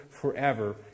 forever